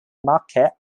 market